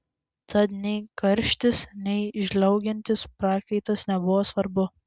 tad nei karštis nei žliaugiantis prakaitas nebuvo svarbu